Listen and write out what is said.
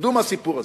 תרדו מהסיפור הזה.